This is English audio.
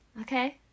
okay